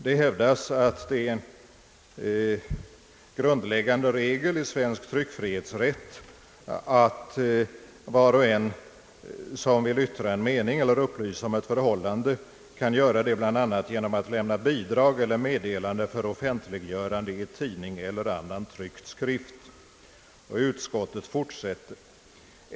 Utskottet skrev i sitt utlåtande: »Den svenska tryckfrihetsrätten har som grundläggande regel, att var och en som vill yttra en mening eller upplysa om ett förhållande kan göra detta genom att själv författa och låta trycka en skrift eller ——— genom att lämna ett bidrag eller meddelande för offentliggörande i tidning eller annan tryckt skrift.